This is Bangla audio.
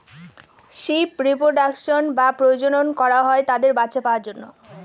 শিপ রিপ্রোডাক্সন বা প্রজনন করা হয় তাদের বাচ্চা পাওয়ার জন্য